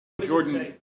Jordan